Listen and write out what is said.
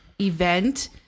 event